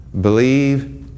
Believe